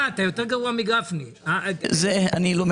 הוא אומר